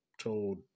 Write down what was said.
told